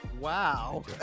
wow